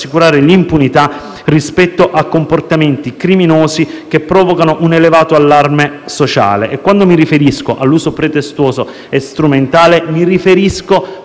l'impunità rispetto a comportamenti criminosi che provocano un elevato allarme sociale e, quando parlo di uso pretestuoso e strumentale, mi riferisco